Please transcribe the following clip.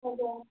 हजुर